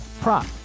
prop